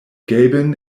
gabon